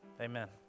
amen